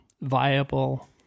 viable